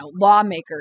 lawmakers